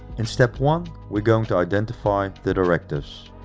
in step one we're going to identify the directives.